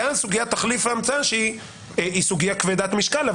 ואז נתייחס לסוגיית תחליף ההמצאה שהיא סוגיה כבדת משקל,